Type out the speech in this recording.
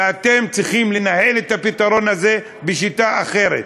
ואתם צריכים לנהל את הפתרון הזה בשיטה אחרת.